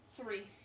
Three